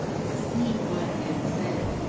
see what it said,